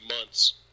months